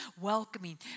welcoming